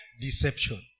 deception